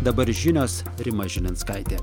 dabar žinios rima žilinskaitė